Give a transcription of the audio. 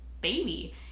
baby